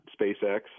SpaceX